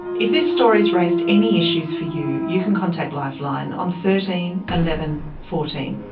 if this story has raised any issues for you, you can contact lifeline on thirteen eleven fourteen.